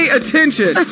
attention